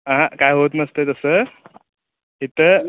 आहां काय होत नसतं तसं इथं